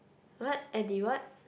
what edi what